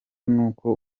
n’uko